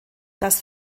das